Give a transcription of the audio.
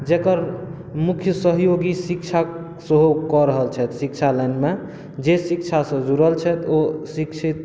जेकर मुख्य सहयोगी शिक्षक सेहो कऽ रहल छथि शिक्षा लाइन मे जे शिक्षासँ जुड़ल छथि ओ शिक्षित